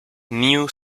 new